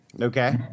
Okay